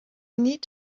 need